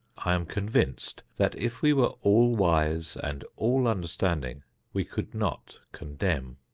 i am convinced that if we were all-wise and all-understanding, we could not condemn.